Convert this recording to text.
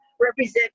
represent